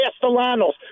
Castellanos